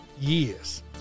years